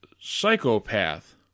psychopath